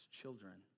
children